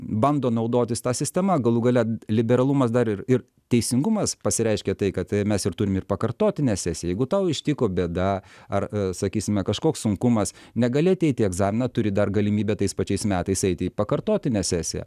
bando naudotis ta sistema galų gale liberalumas dar ir ir teisingumas pasireiškia tai kad mes ir turim ir pakartotinę sesiją jeigu tau ištiko bėda ar sakysime kažkoks sunkumas negali ateiti į egzaminą turi dar galimybę tais pačiais metais eiti į pakartotinę sesiją